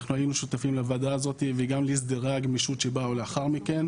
אנחנו היינו שותפים לוועדה הזאת וגם להסדרי הגמישות שבאו לאחר מכן.